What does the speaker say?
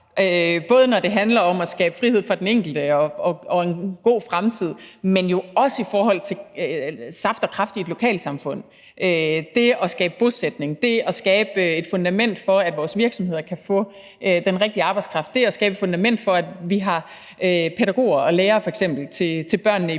både når det handler om at skabe frihed for den enkelte og en god fremtid, men også i forhold til at give saft og kraft til et lokalsamfund. Det at skabe bosætning, det at skabe et fundament for, at vores virksomheder kan få den rigtige arbejdskraft, det at skabe et fundament for, at vi f.eks. har pædagoger og lærere til børnene i byen,